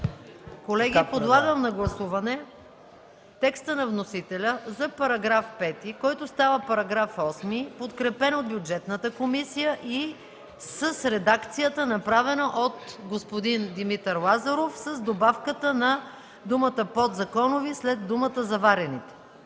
Колеги, подлагам на гласуване текста на вносителя за § 5, който става § 8, подкрепен от Бюджетната комисия и с редакцията, направена от господин Димитър Лазаров – добавката на думата „подзаконови” след думата „заварени”.